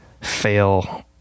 fail